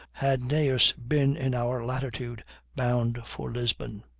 had gneas been in our latitude bound for lisbon.